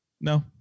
No